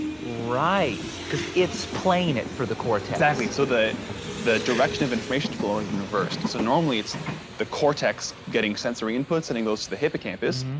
right, because it's playing it for the cortex. exactly, so that the direction of information flow has been reversed. so normally, it's the cortex getting sensory inputs, and it goes to the hippocampus,